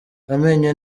amenyo